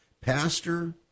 pastor